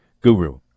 Guru